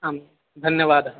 आं धन्यवादः